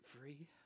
free